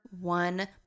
one